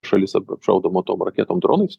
šalis apšaudoma tom raketon dronais